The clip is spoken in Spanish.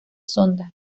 sonda